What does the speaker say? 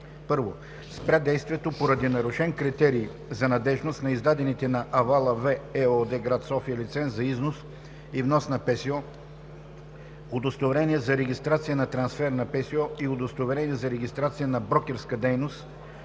г.: - спря действието, поради нарушен критерий за надеждност, на издадените на „Авала-В“ ЕООД, град София, лиценз за износ и внос на ПСО, удостоверение за регистрация на трансфер на ПСО и удостоверение за регистрация за брокерска дейност